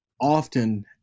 often